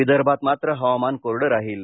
विदर्भात मात्र हवामान कोरडं राहील